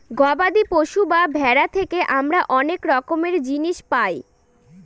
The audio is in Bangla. গবাদি পশু বা ভেড়া থেকে আমরা অনেক রকমের জিনিস পায়